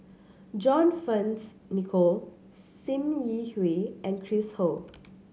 John Fearns Nicoll Sim Yi Hui and Chris Ho